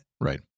right